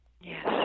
Yes